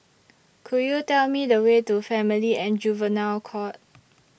Could YOU Tell Me The Way to Family and Juvenile Court